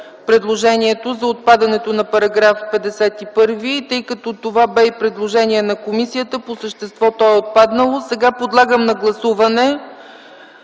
предложението за отпадането на § 51, тъй като това бе и предложение на комисията, по същество то е отпаднало. Подлагам на гласуване